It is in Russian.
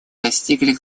достигли